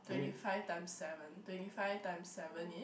twenty five times seven twenty five times seven is